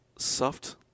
Soft